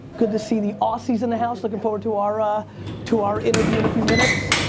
good to see the aussies in the house. looking forward to our ah to our interview in a few minutes.